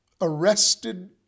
arrested